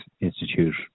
Institute